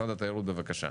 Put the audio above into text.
משרד התיירות בבקשה.